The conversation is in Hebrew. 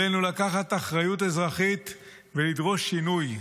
עלינו לקחת אחריות אזרחית ולדרוש שינוי.